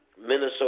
Minnesota